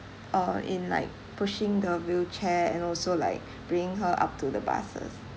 uh in like pushing the wheelchair and also like bring her up to the buses